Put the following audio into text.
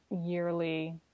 yearly